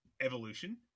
Evolution